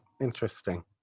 Interesting